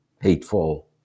hateful